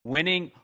Winning